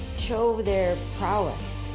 show their prowess,